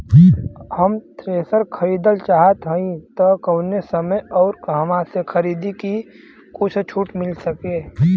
हम थ्रेसर खरीदल चाहत हइं त कवने समय अउर कहवा से खरीदी की कुछ छूट मिल सके?